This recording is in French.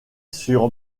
sur